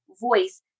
voice